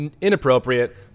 inappropriate